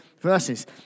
verses